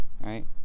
right